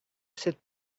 cette